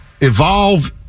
evolve